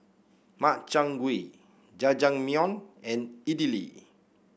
Makchang Gui Jajangmyeon and Idili